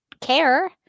care